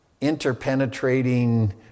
interpenetrating